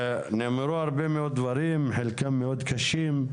נאמרו הרבה מאוד דברים, חלקם מאוד קשים.